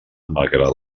malgrat